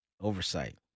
Oversight